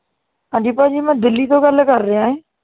ਹਾਂਜੀ ਭਾਅ ਜੀ ਮੈਂ ਦਿੱਲੀ ਤੋਂ ਗੱਲ ਕਰ ਰਿਹਾ ਹਾਂ